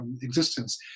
existence